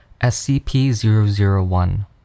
SCP-001